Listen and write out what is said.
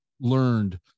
learned